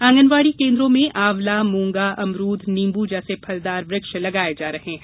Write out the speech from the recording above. आंगनवाड़ी केन्द्रों में आंवला मूनगा अमरूद नीबू जैसे फलदार वृक्ष लगाये जा रहे हैं